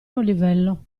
livello